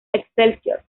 excelsior